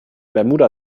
bermuda